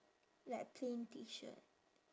like plain T shirt